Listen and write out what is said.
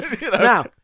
Now